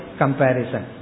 comparison